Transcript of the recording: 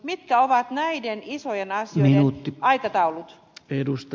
mitkä ovat näiden isojen asioiden aikataulut